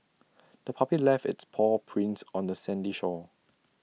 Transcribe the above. the puppy left its paw prints on the sandy shore